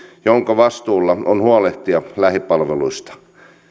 jonka vastuulla on huolehtia lähipalveluista